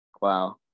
Wow